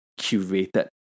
curated